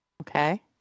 Okay